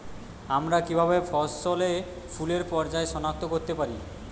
আমরা কিভাবে ফসলে ফুলের পর্যায় সনাক্ত করতে পারি?